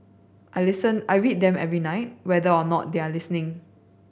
I listen I read them every night whether or not they are listening